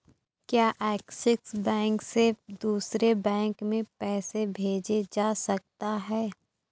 क्या Axis bank से दूसरे बैंक में पैसे भेजे जा सकता हैं?